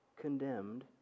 condemned